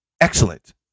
excellent